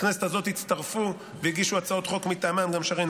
בכנסת הזאת הצטרפו והגישו הצעות חוק מטעמם גם שרן